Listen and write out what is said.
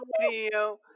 video